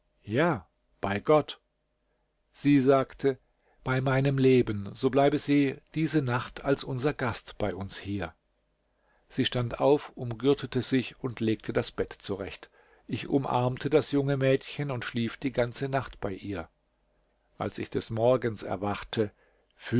ja bei gott sie sagte bei meinem leben so bleibe sie diese nacht als unser gast bei uns hier sie stand auf umgürtete sich und legte das bett zurecht ich umarmte das junge mädchen und schlief die ganze nacht bei ihr als ich des morgens erwachte